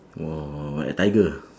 !wow! like tiger